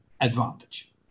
advantage